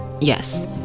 yes